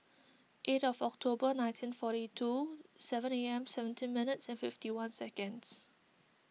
eight of October nineteen forty two seventeen A M seventeen minutes and fifty one seconds